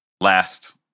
last